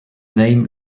name